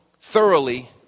thoroughly